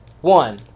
One